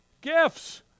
gifts